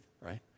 right